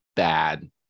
bad